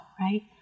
right